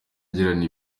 agirana